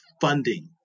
funding